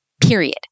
period